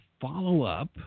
follow-up